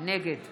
נגד